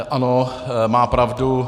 Ano, má pravdu.